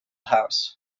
house